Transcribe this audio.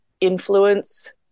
influence